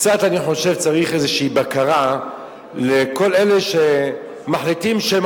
חושב צריך איזושהי בקרה לכל אלה שמחליטים שהם